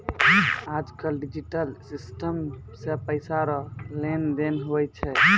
आज कल digital system से पैसा रो लेन देन हुवै छै